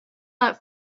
that